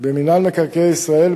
במינהל מקרקעי ישראל,